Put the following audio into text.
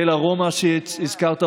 תל ארומה שהזכרת,